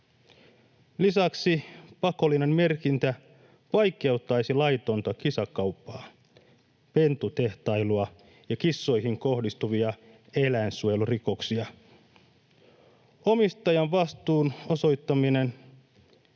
Lisäksi pakollinen merkintä vaikeuttaisi laitonta kissakauppaa, pentutehtailua ja kissoihin kohdistuvia eläinsuojelurikoksia. Omistajan vastuun osoittaminen